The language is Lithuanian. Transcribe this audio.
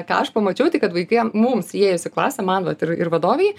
ką aš pamačiau tai kad vaikai mums įėjus į klasę man vat ir ir vadovei